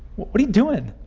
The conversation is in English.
what what are you doing?